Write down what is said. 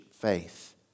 faith